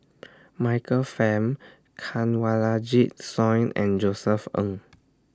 Michael Fam Kanwaljit Soin and Josef Ng